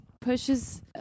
Pushes